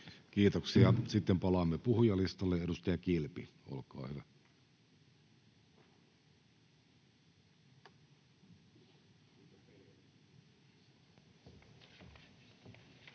Kiitoksia. — Sitten palaamme puhujalistalle. — Edustaja Kilpi, olkaa hyvä. Arvoisa